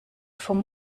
vom